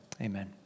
Amen